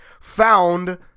found